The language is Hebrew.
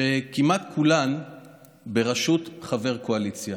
שכמעט כולן בראשות חבר קואליציה.